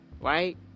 Right